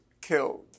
killed